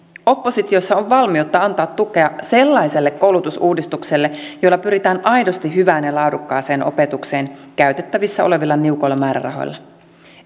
oppositiossa on valmiutta antaa tukea sellaiselle koulutusuudistukselle jolla pyritään aidosti hyvään ja laadukkaaseen opetukseen käytettävissä olevilla niukoilla määrärahoilla